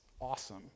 awesome